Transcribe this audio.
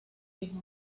hijo